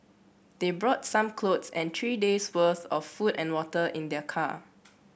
they brought some clothes and three days worth of food and water in their car